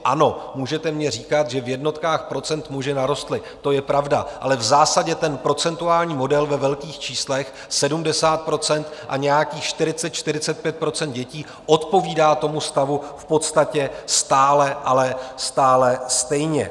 Ano, můžete mně říkat, že v jednotkách procent muži narostli, to je pravda, ale v zásadě procentuální model, ve velkých číslech 70 % a nějakých 40, 45 % dětí, odpovídá tomu stavu v podstatě stále, ale stále stejně.